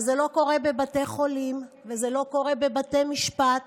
וזה לא קורה בבתי חולים וזה לא קורה בבתי משפט